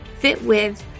fitwith